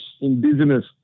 Indigenous